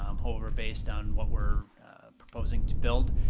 um however, based on what we're proposing to build,